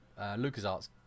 LucasArts